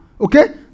Okay